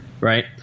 right